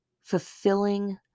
fulfilling